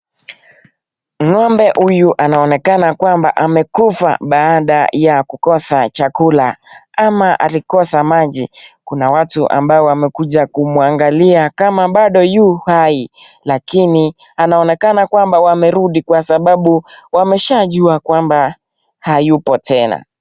Ng'ombe huyu anaonekana amekufa baada ya kukosa chakula, ama alikosa maji, kuna watu wamekuja kumqagalia kama bado yuko hai, lakini anaonekana kwamba wameshaarudi kwasababu wameshaajua kwamba hayupo tena.